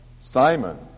Simon